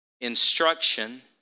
instruction